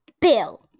Bill